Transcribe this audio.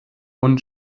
und